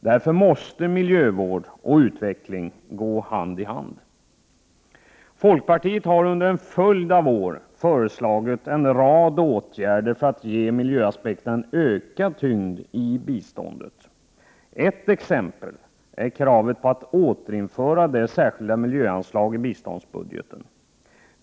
Därför måste miljövård och utveckling gå hand i hand. Folkpartiet har under en följd av år föreslagit en rad åtgärder för att ge miljöaspekterna en ökad tyngd i biståndet. Ett exempel är kravet på att återinföra det särskilda miljöanslaget i biståndsbudgeten.